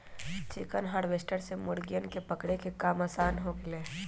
chicken harvester से मुर्गियन के पकड़े के काम आसान हो गैले है